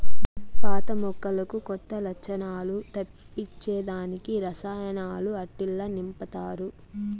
పాత మొక్కలకు కొత్త లచ్చణాలు తెప్పించే దానికి రసాయనాలు ఆట్టిల్ల నింపతారు